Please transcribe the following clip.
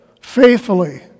faithfully